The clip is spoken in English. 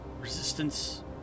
resistance